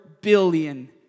billion